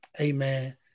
Amen